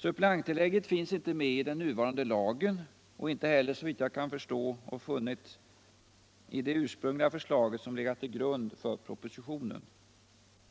Suppleanttillägget finns inte med i den nuvarande lagen och inte heller — såvitt jag kunnat finna — i det ursprungliga förslaget, som legat till grund för propositionen.